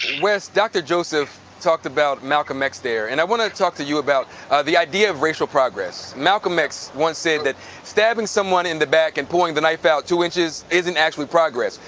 wes, dr. joseph talked about malcolm x there. and i wanna talk to you about ah the idea of racial progress. malcolm x once said that stabbing someone in the back and pulling the knife out two inches isn't actually progress.